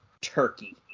Turkey